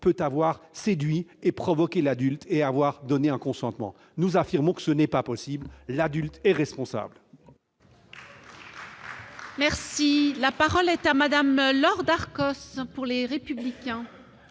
peut avoir séduit et provoqué un adulte, qu'il peut avoir donné un consentement. Nous affirmons que ce n'est pas possible : l'adulte est responsable